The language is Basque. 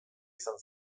izan